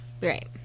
Right